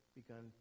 begun